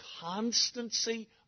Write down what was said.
constancy